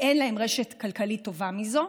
כי אין להם רשת כלכלית טובה מזו,